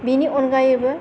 बेनि अनगायैबो